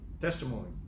Testimony